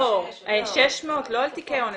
600 לא על תיקי אונס.